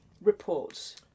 reports